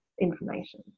information